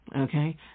Okay